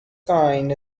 kind